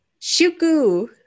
Shuku